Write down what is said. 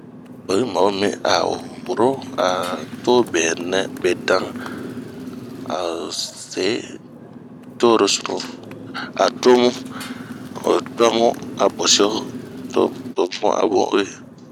oyi ma o mi a to benɛ ,be ban, a o se toro sunu a tomu, oyi tuwa bun bosio to bun a bun uwe.